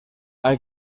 hay